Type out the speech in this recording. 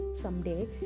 someday